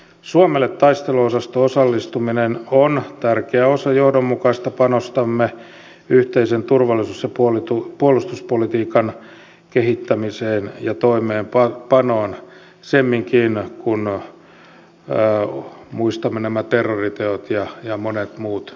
suomelle taisteluosasto osallistuminen on tärkeä osa johdonmukaista panostamme yhteisen turvallisuus ja puolustuspolitiikan kehittämiseen ja toimeenpanoon semminkin kun muistamme nämä terroriteot ja monet muut turvallisuusuhat